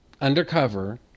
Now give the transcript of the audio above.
undercover